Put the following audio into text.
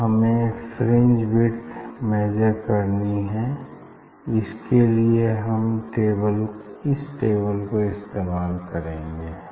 अब हमें fringe width measure करनी है इसके लिए हम इस टेबल को इस्तेमाल करेंगे